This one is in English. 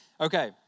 Okay